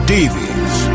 Davies